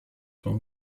from